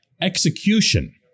execution